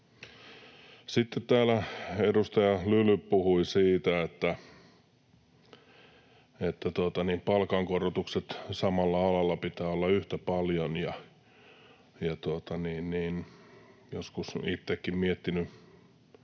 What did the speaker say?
Sitten täällä edustaja Lyly puhui siitä, että palkankorotuksien samalla alalla pitää olla yhtä paljon. Joskus olen itsekin miettinyt